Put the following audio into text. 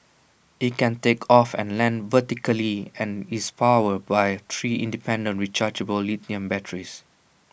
IT can take off and land vertically and is powered by three independent rechargeable lithium batteries